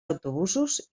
autobusos